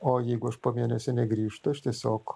o jeigu aš po mėnesio negrįžtu aš tiesiog